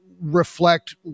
reflect